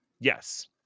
Yes